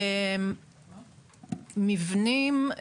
מבנים,